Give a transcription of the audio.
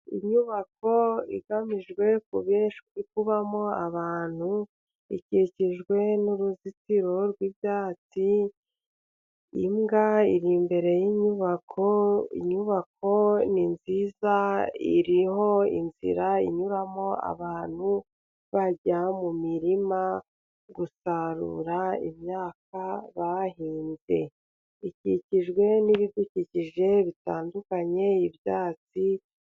Inyubako igamijwe kubamo abantu, ikikijwe n'uruzitiro rw'ibyatsi. Imbwa iri imbere y'inyubako. Inyubako ni nziza iriho inzira inyuramo abantu bajya mu mirima gusarura imyaka bahinze, ikikijwe n'ibidukikije bitandukanye ibyatsi...